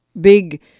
big